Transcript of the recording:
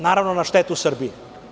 Naravno, na štetu Srbije.